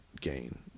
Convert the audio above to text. gain